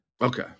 Okay